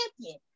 champion